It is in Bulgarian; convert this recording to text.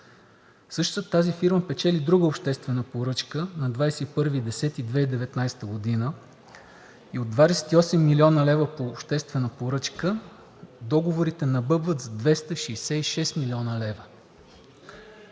Същата тази фирма печели друга обществена поръчка на 21 октомври 2019 г. и от 28 млн. лв. по обществена поръчка договорите набъбват с 266 млн. лв.